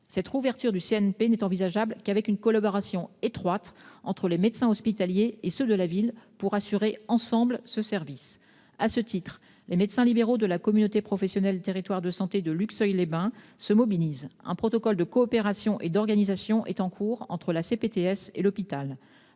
Cette réouverture des CNP n'est envisageable que si se noue une collaboration étroite entre les praticiens hospitaliers et les médecins de ville pour assurer ensemble ce service. À ce titre, les médecins libéraux de la communauté professionnelle territoriale de santé (CPTS) de Luxeuil-les-Bains se mobilisent : un protocole de coopération et d'organisation est en cours d'élaboration entre la CPTS et l'hôpital.